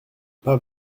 pas